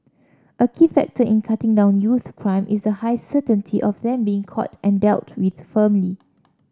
a key factor in cutting down youth crime is the high certainty of them being caught and dealt with firmly